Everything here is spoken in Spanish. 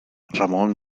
ramón